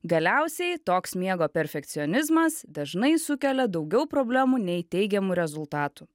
galiausiai toks miego perfekcionizmas dažnai sukelia daugiau problemų nei teigiamų rezultatų